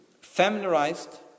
familiarized